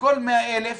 לכל 100,000